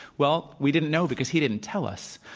well, we didn't know because he didn't tell us.